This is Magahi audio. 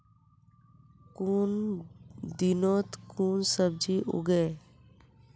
कुन दिनोत कुन सब्जी उगेई?